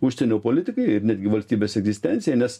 užsienio politikai ir netgi valstybės egzistencijai nes